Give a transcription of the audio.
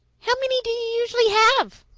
how many do you usually have?